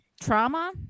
trauma